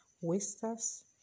Wasters